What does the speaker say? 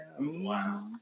Wow